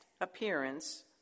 appearance